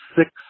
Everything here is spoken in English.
six